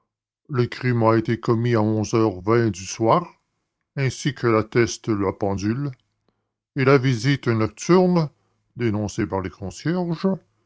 le crime a été commis à onze heures vingt du soir ainsi que l'atteste la pendule et la visite nocturne dénoncée par les concierges